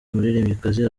umuririmbyikazi